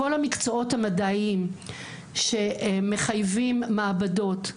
כל המקצועות המדעיים שמחייבים מעבדות,